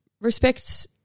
respect